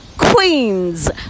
queens